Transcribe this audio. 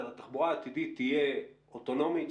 תחבורה עתידית תהיה אוטונומית,